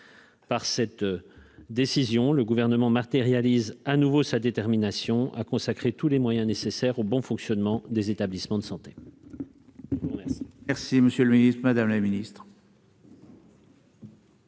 par cette décision, le gouvernement matérialise à nouveau sa détermination à consacrer tous les moyens nécessaires au bon fonctionnement des établissements de santé. Merci, monsieur le Ministre, Madame la Ministre.